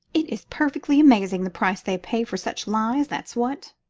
it is perfectly amazing, the price they pay for such lies, that's what,